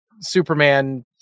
Superman